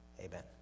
Amen